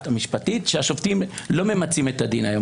ולא ממצים את הדין.